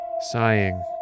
Sighing